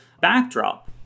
backdrop